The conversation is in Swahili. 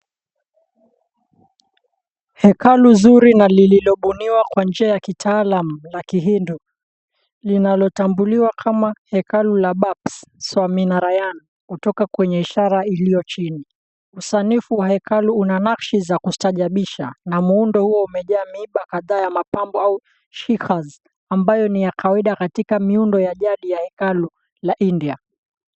Hekalu zuri na lililobuniwa kwa njia ya kitaalam la Kihindu, linalotambuliwa kama Hekalu la Babs So -Amina Rayan kutoka kwenye ishara iliyo chini. Usanifu wa hekalu una nakshi za kustaajabisha na muundo huo umejaa miba kadhaa ya mapambo au shighaz ambayo ni ya kawaida katika miundo ya jadi ya hekalu ya India.